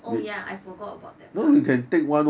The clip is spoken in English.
oh ya I forgot about that part